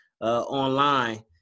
online